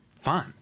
fun